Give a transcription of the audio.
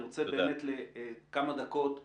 אני רוצה באמת לכמה דקות אחרונות,